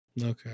Okay